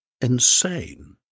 insane